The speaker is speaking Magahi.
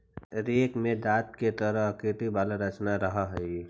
रेक में दाँत के तरह आकृति वाला रचना रहऽ हई